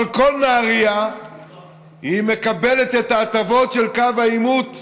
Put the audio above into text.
אבל כל נהריה מקבלת את ההטבות של קו העימות,